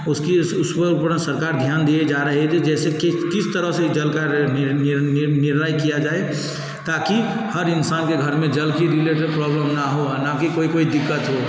उसकी उ उस पर सरकार ध्यान दिए जा रहे जैसे के किस तरह से जल का निर्णय किया जाए ताकि हर इंसान के घर में जल की रिलेटेड प्रॉब्लम न हो और न कि कोई कोई दिक्कत हो